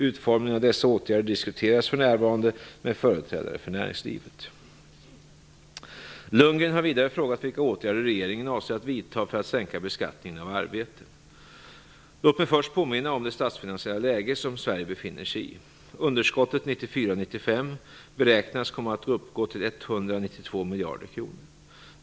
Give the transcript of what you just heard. Utformningen av dessa åtgärder diskuteras för närvarande med företrädare för näringslivet. Bo Lundgren har vidare frågat vilka åtgärder regeringen avser att vidta för att sänka beskattningen av arbete. Låt mig först påminna om det statsfinansiella läge som Sverige befinner sig i. Underskottet 1994/95 beräknas komma att uppgå till 192 miljarder kronor.